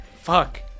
Fuck